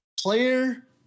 Player